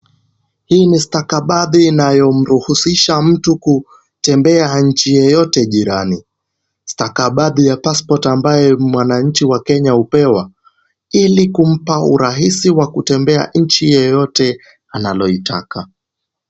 Hii ni stakabadhi inayomruhuzisha mtu kutembea nchi yoyote jirani , stakabadhi ya pasipoti ambayo mwananchi wa Kenya upewa ili kumpea urahisi kutembea nchi yoyote analoitaka.